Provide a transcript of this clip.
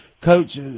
Coach